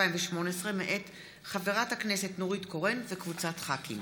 חמד עמאר, רוברט אילטוב ויוליה מלינובסקי,